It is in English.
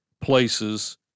places